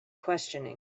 questioning